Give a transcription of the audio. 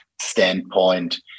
standpoint